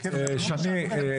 שני,